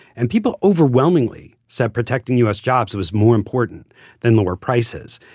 and people overwhelmingly said protecting u s. jobs was more important than lower prices.